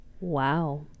wow